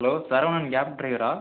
hello Saravanan cab ட்ரைவரா